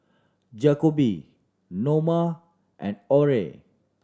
Jakobe Norma and Aurore